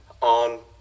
on